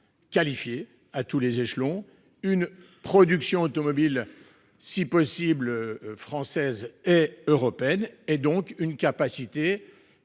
Qualifiée à tous les échelons, une production automobile si possible française et européenne et donc une capacité